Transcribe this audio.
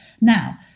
Now